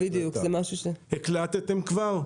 הקלטתם כבר?